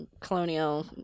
colonial